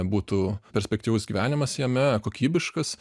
būtų perspektyvus gyvenimas jame kokybiškas